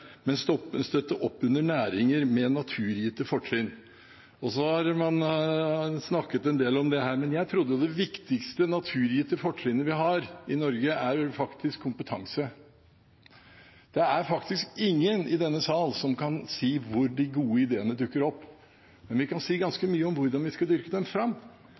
men støtte opp under næringer med naturgitte fortrinn. Så har man snakket en del om dette. Men jeg trodde at det viktigste naturgitte fortrinnet vi har i Norge, er kompetanse. Det er faktisk ingen i denne sal som kan si hvor de gode ideene dukker opp, men vi kan si ganske mye om hvordan vi skal dyrke dem fram.